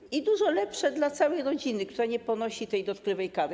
Jest ono dużo lepsze dla całej rodziny, która nie ponosi tej dotkliwej kary.